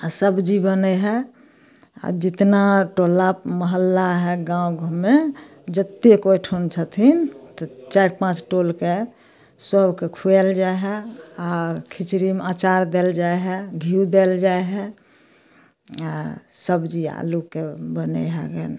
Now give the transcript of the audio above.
आ सब्जी बनै है आ जितना टोला महल्ला है गाँव घरमे जत्तेक ओहिठुन छथिन चारि पाँच टोलके सबके खुआयल जाइ है आओर खिचडीमे अँचार देल जाइ है घ्यू देल जाइ है आ सब्जी आलूके बनै है जानु